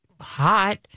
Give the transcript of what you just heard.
hot